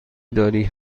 داری